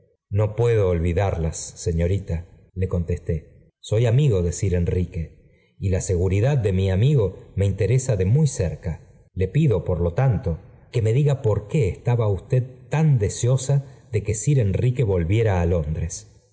no puedo olvidarlas señorita le contestó soy anugo de sir enrique y la seguridad de rni v amigo iñe interesa de muy cerca le pido por lo tanto que me diga por qué estaba usted tan desposa dé que air enrique volviera á londres